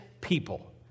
people